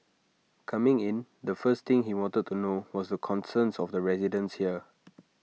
coming in the first thing he wanted to know was the concerns of the residents here